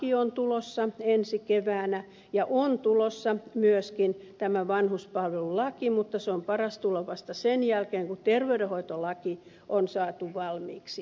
terveydenhoitolaki on tulossa ensi keväänä ja on tulossa myöskin tämä vanhuspalvelulaki mutta sen on paras tulla vasta sen jälkeen kun terveydenhoitolaki on saatu valmiiksi